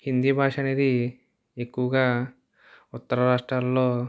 హిందీ భాష అనేది ఎక్కువగా ఉత్తర రాష్ట్రాల్లో